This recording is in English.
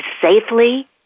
safely